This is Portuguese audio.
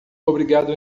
obrigado